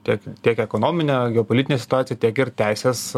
tiek tiek ekonominę geopolitinę situaciją tiek ir teisės